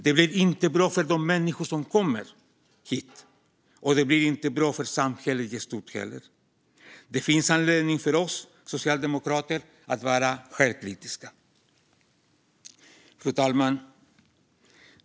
Det blir inte bra för de människor som kommer hit och det blir inte bra för samhället i stort heller, säger Magdalena Andersson. Det finns anledning för oss Socialdemokrater att vara självkritiska." Fru talman!